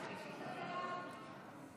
קבוצת סיעת יהדות התורה,